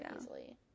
easily